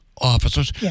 officers